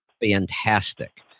fantastic